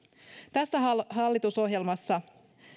tässä hallitusohjelmassa